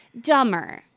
dumber